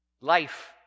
Life